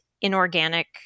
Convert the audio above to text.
inorganic